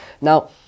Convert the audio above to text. now